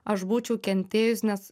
aš būčiau kentėjus nes